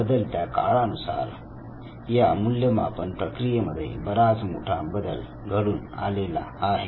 बदलत्या काळानुसार या मूल्यमापन प्रक्रियेमध्ये बराच मोठा बदल घडून आलेला आहे